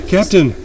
Captain